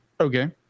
Okay